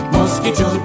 Mosquito